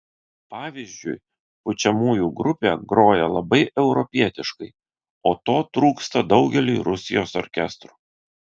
pavyzdžiui pučiamųjų grupė groja labai europietiškai o to trūksta daugeliui rusijos orkestrų